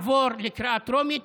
זה יעבור בקריאה טרומית.